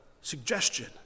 suggestion